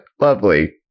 lovely